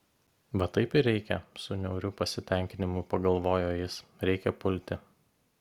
va taip ir reikia su niauriu pasitenkinimu pagalvojo jis reikia pulti